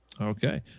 Okay